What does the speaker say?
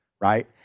right